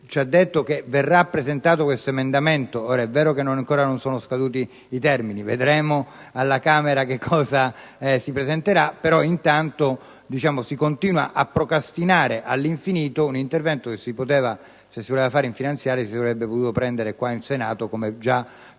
ci ha detto che verrà presentato un emendamento. Ora, è vero che non sono ancora scaduti i termini, e vedremo alla Camera che cosa si presenterà, però intanto si continua a procrastinare all'infinito un intervento che, se si voleva fare nella finanziaria, si sarebbe potuto approvare qui in Senato, come già più